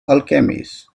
alchemists